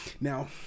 Now